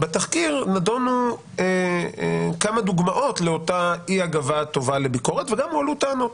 בתחקיר נדונו כמה דוגמאות לאותה אי הגבה טובה לביקורת וגם הועלו טענות.